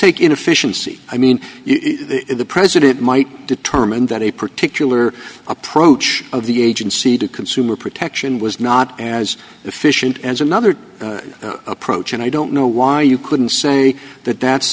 take in efficiency i mean the president might determine that a particular approach of the agency to consumer protection was not as efficient as another approach and i don't know why you couldn't say that that's